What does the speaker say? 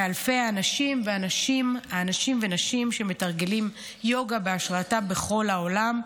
מאלפי האנשים והנשים שמתרגלים יוגה בהשראתה בכל העולם,